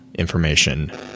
information